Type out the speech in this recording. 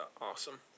awesome